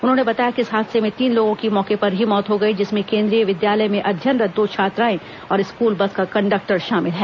उन्होंने बताया कि इस हादसे में तीन लोगों की मौके पर ही मौत हो गई जिसमें केंद्रीय विद्यालय में अध्ययनरत दो छात्राएं और स्कूल बस का कंडक्टर शामिल है